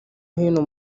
hino